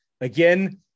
Again